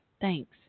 Thanks